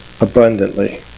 abundantly